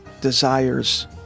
desires